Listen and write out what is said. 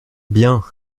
bien